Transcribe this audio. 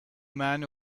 man